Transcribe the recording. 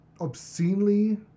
obscenely